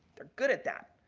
they're good at that.